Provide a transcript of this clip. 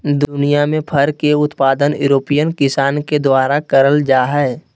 दुनियां में फर के उत्पादन यूरोपियन किसान के द्वारा करल जा हई